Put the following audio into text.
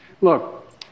look